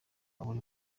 buri